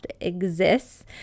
exists